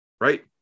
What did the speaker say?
right